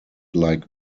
like